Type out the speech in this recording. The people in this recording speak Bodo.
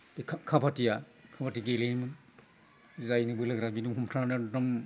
काबादिया काबादि गेलेयोमोन जायनो बोलोगोरा बिनो हमख्रांना एकदम